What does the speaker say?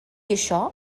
això